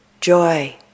Joy